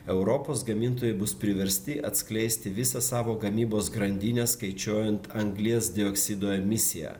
europos gamintojai bus priversti atskleisti visą savo gamybos grandinę skaičiuojant anglies dioksido emisiją